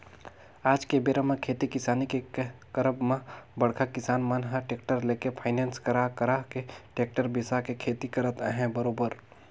आज के बेरा म खेती किसानी के करब म बड़का किसान मन ह टेक्टर लेके फायनेंस करा करा के टेक्टर बिसा के खेती करत अहे बरोबर